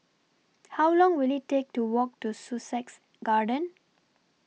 How Long Will IT Take to Walk to Sussex Garden